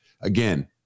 Again